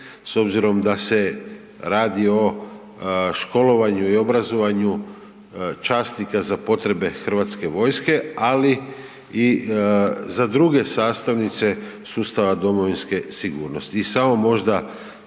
s obzirom da se radi o školovanju i obrazovanju časnika za potrebe hrvatske vojske ali i za druge sastavnice sustava domovinske sigurnosti.